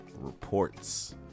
reports